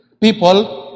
people